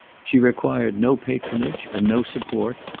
she required no patronage and no support,